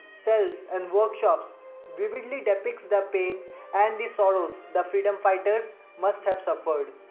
cells and workshops vividly depicts the pain and the sorrows the freedom fighters must have suffered.